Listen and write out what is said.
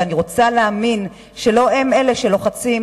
ואני רוצה להאמין שלא הם שלוחצים,